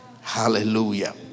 Hallelujah